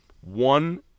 One